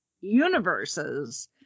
universes